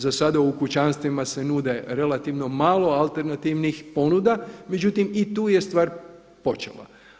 Za sada u kućanstvima se nude relativno malo alternativnih ponuda, međutim i tu je stvar počela.